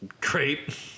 great